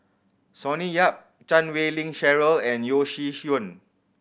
Sonny Yap Chan Wei Ling Cheryl and Yeo Shih Yun